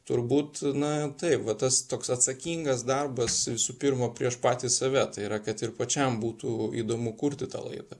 turbūt na tai vat tas toks atsakingas darbas visų pirma prieš patį save tai yra kad ir pačiam būtų įdomu kurti tą laidą